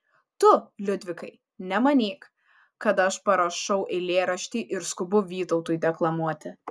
tu liudvikai nemanyk kad aš parašau eilėraštį ir skubu vytautui deklamuoti